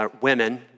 women